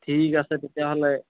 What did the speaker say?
ঠিক আছে তেতিয়াহ'লে